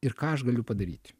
ir ką aš galiu padaryti